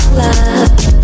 love